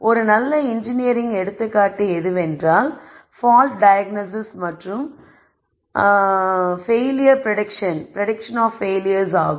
ஒரு நல்ல இன்ஜினியரிங் எடுத்துக்காட்டு எதுவென்றால் பால்ட் டயாக்னோசிஸ் மற்றும் அல்லது பெயிலியர்ஸ் ப்ரெடிக்ஷன் ஆகும்